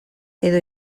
edo